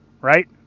Right